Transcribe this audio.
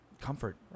comfort